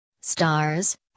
Stars